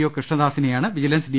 O കൃഷ്ണദാസിനെയാണ് vigilance D